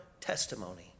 testimony